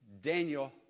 Daniel